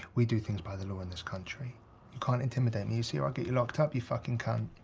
we do things by the law in this country. you can't intimidate me, you see? or i'll get you locked up, you fuckin' cunt.